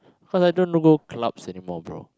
cause I don't go clubs anymore bro